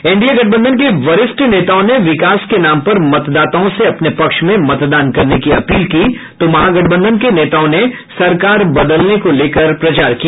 NDA गठबंधन के वरिष्ठ नेताओं ने विकास के नाम पर मतदाताओं से अपने पक्ष में मतदान करने की अपील की तो महागठबंधन के नेताओं ने सरकार बदलने को लेकर प्रचार किया